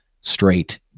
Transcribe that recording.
straight